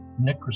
Nick